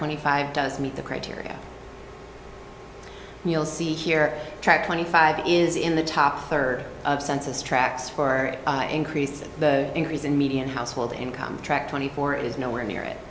twenty five does meet the criteria and you'll see here track twenty five is in the top third of census tracks for increasing the increase in median household income track twenty four is nowhere near it